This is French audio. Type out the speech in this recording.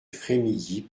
frémilly